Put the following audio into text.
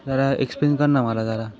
जरा एक्सप्लेन कर ना मला जरा